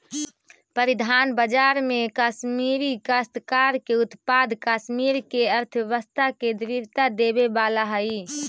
परिधान बाजार में कश्मीरी काश्तकार के उत्पाद कश्मीर के अर्थव्यवस्था के दृढ़ता देवे वाला हई